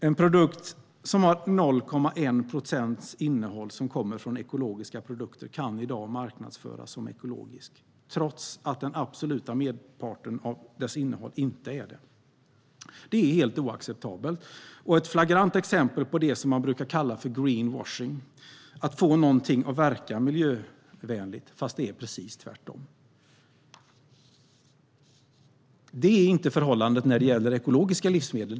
En produkt som har 0,1 procents innehåll som kommer från ekologiska produkter kan i dag marknadsföras som ekologisk trots att den absoluta merparten av dess innehåll inte är det. Det är helt oacceptabelt och ett flagrant exempel på det som man brukar kalla för greenwashing, att få någonting att verka miljövänligt fast det är precis tvärtom. Det är inte förhållandet när det gäller ekologiska livsmedel.